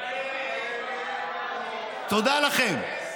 תודה לכם.